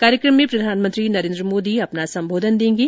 कार्यकम में प्रधानमंत्री नरेन्द्र मोदी अपना संबोधन देंगे